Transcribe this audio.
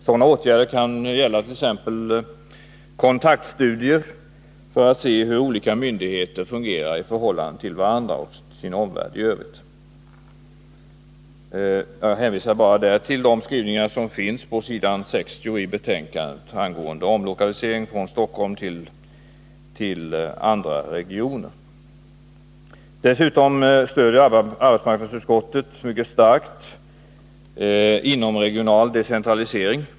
Sådana åtgärder kan gälla t. ex kontaktstudier för att se hur olika myndigheter fungerar både i förhållande till varandra och till sin omvärld i övrigt. Jag hänvisar där bara till de skrivningar som finns på s. 60 i betänkandet angående omlokalisering från Stockholmsområdet till andra regioner. Dessutom — för det tredje — stöder arbetsmarknadsutskottet mycket starkt inomregional decentralisering.